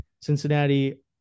Cincinnati